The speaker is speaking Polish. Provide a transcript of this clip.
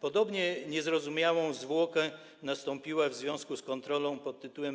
Podobnie niezrozumiała zwłoka nastąpiła w związku z kontrolą: